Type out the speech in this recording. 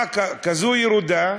כזאת ירודה,